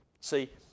See